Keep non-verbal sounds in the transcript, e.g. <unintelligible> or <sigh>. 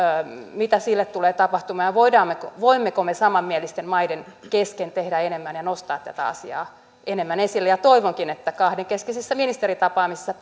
mitä sille tulee tapahtumaan ja voimmeko voimmeko me samanmielisten maiden kesken tehdä enemmän ja nostaa tätä asiaa enemmän esille toivonkin että kahdenkeskisissä ministeritapaamisissa <unintelligible>